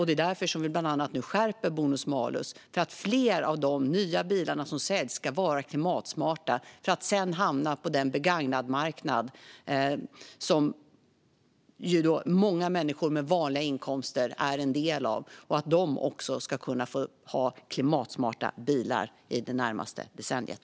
Det är bland annat därför som vi nu skärper bonus-malus till att fler av de nya bilar som säljs ska vara klimatsmarta för att sedan hamna på den begagnatmarknad som många människor med vanliga inkomster är en del av så att de också ska kunna få ha klimatsmarta bilar det närmaste decenniet.